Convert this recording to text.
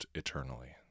eternally